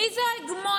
מי זו ההגמוניה?